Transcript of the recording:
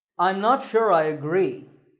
i'm not sure i agree.